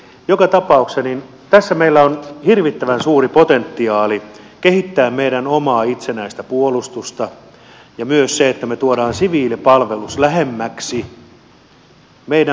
joka tapauksessa tässä meillä on hirvittävän suuri potentiaali kehittää meidän omaa itsenäistä puolustustamme ja tässä on myös se että me tuomme siviilipalveluksen lähemmäksi meidän maamme puolustusta